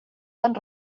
tan